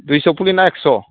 दुइस' फुलि ना एकस'